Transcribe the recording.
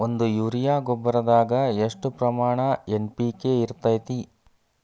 ಒಂದು ಯೂರಿಯಾ ಗೊಬ್ಬರದಾಗ್ ಎಷ್ಟ ಪ್ರಮಾಣ ಎನ್.ಪಿ.ಕೆ ಇರತೇತಿ?